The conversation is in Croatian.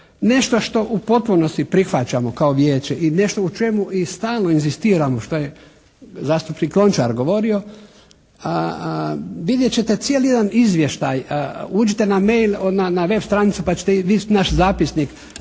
Nešto što u potpunosti prihvaćamo kao Vijeće i nešto u čemu i stalno inzistiramo što je zastupnik Lončar govorio, vidjet ćete jedan cijeli izvještaj, uđite na mail, na web. stranicu pa ćete vidjeti naš zapisnik